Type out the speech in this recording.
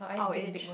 our age